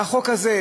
והחוק הזה,